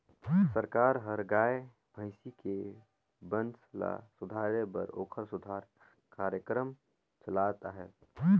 सरकार हर गाय, भइसी के बंस ल सुधारे बर ओखर सुधार कार्यकरम चलात अहे